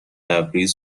لبریز